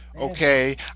okay